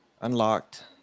Unlocked